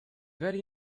very